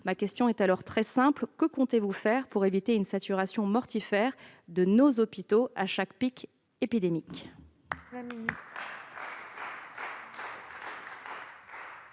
question est en conséquence très simple : que comptez-vous faire pour éviter une saturation mortifère de nos hôpitaux à chaque pic épidémique ?